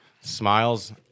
smiles